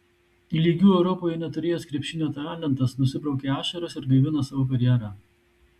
lygių europoje neturėjęs krepšinio talentas nusibraukė ašaras ir gaivina savo karjerą